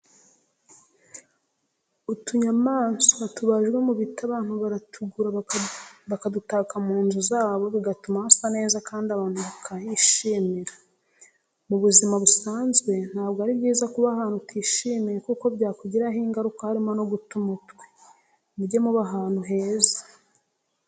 Utunyamaswa tubajwe mu biti abantu baratugura bakadutaka mu nzu zabo bigatuma hasa neza kandi abantu bakahishimira. Mu buzima busanzwe ntabwo ari byiza kuba ahantu utishimiye kuko byakugiraho ingaruka harimo no guta umutwe. Muge muba ahantu heza.